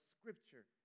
Scripture